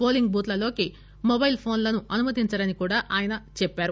polling booth లలోకి mobile ఫోన్లను అనుమతించరని కూడా ఆయన స్పష్టం చేశారు